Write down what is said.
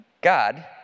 God